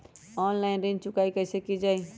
Online ऋण चुकाई कईसे की ञाई?